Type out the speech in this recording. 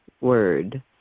word